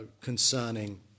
concerning